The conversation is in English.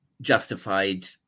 justified